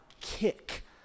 kick